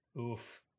Oof